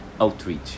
outreach